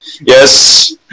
Yes